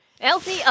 Elsie